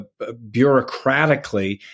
bureaucratically